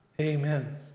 Amen